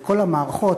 בכל המערכות,